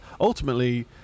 ultimately